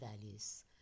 values